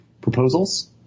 proposals